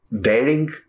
daring